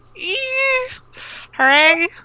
Hooray